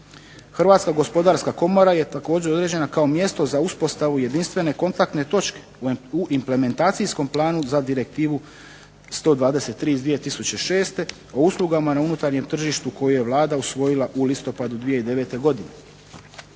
Hrvatska gospodarska komora je također određena kao mjesto za uspostavu jedinstvene kontaktne točke u implementacijskom planu za direktivu 123 iz 2006. o uslugama na unutarnjem tržištu koje je Vlada usvojila u listopadu 2009. godine.